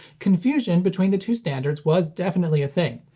confusion between the two standards was definitely a thing,